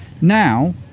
now